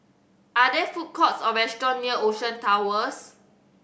are there food courts or restaurants near Ocean Towers